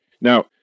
now